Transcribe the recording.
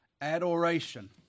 adoration